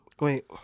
Wait